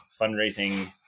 fundraising